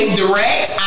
direct